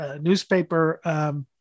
newspaper